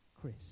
Chris